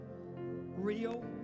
real